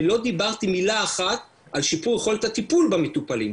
ולא דיברתי מילה אחת על שיפור יכולת הטיפול במטופלים,